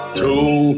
two